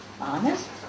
Honest